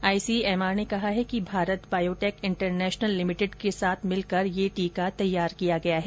ICMR ने कहा है कि भारत बायोटेक इन्टरनेशनल लिमिटेड के साथ मिलकर ये टीका तैयार किया गया है